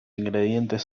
ingredientes